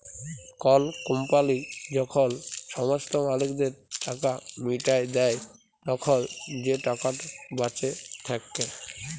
call company যখল সমস্ত মালিকদের টাকা মিটাঁয় দেই, তখল যে টাকাট বাঁচে থ্যাকে